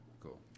cool